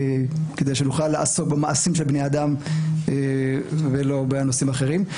כדי שנוכל לעסוק במעשים של בני אדם ולא בנושאים אחרים.